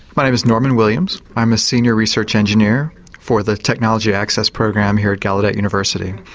my name is norman williams. i'm a senior research engineer for the technology access program here at gallaudet university.